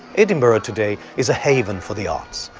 edinburgh today is a haven for the arts,